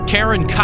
Karen